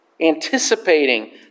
anticipating